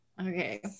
okay